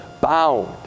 bound